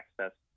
access